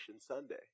Sunday